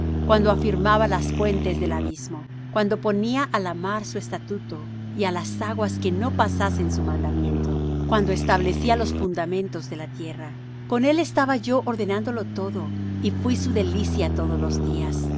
cuando afirmaba las fuentes del abismo cuando ponía á la mar su estatuto y á las aguas que no pasasen su mandamiento cuando establecía los fundamentos de la tierra con él estaba yo ordenándolo todo y fuí su delicia todos los días